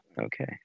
Okay